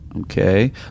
Okay